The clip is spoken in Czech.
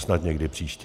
Snad někdy příště.